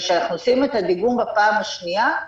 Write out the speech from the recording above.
וכשאנחנו עושים את הדיגום בפעם השנייה,